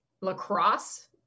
lacrosse